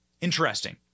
Interesting